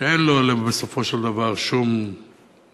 שאין לו בסופו של דבר שום מטרה.